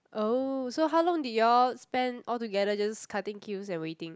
oh so how long did you all spend all together just cutting queues and waiting